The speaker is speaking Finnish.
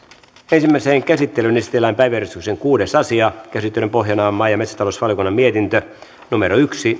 ensimmäiseen käsittelyyn esitellään päiväjärjestyksen kuudes asia käsittelyn pohjana on maa ja metsätalousvaliokunnan mietintö yksi